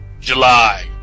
July